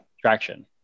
traction